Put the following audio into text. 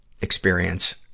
experience